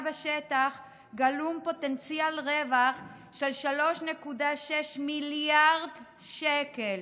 בשטח גלום פוטנציאל רווח של 3.6 מיליארד שקל.